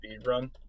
Speedrun